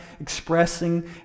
expressing